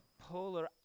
polar